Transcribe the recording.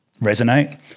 resonate